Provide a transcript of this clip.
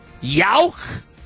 Yauk